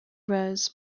rose